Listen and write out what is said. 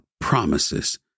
promises